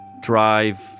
Drive